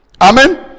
Amen